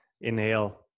inhale